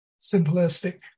simplistic